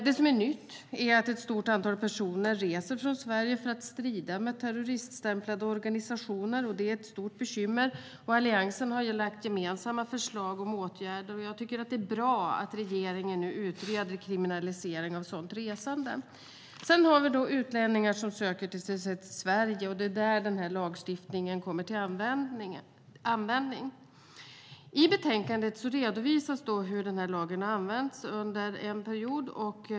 Det som är nytt är att ett stort antal personer reser från Sverige för att strida med terroriststämplade organisationer. Det är ett stort bekymmer. Alliansen har lagt fram gemensamma förslag om åtgärder. Jag tycker att det är bra att regeringen nu utreder kriminalisering av sådant resande. Sedan har vi utlänningar som söker sig till Sverige, och det är där denna lagstiftning kommer till användning. I betänkandet redovisas hur lagen har använts under en period.